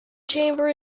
chamber